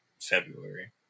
February